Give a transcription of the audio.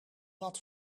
wat